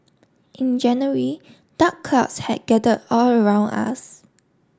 in January dark clouds had gathered all around us